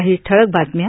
काही ठळक बातम्या